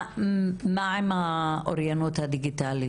מה עם האוריינות הדיגיטלית?